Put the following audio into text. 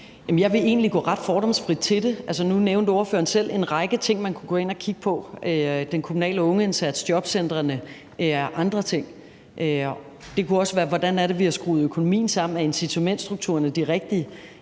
jeg vil egentlig gå ret fordomsfrit til det. Nu nævnte ordføreren selv en række ting, man kunne gå ind og kigge på: den kommunale ungeindsats, jobcentrene og andre ting. Det kunne også være: Hvordan er det, vi har skruet økonomien sammen? Er incitamentsstrukturerne de